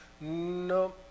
No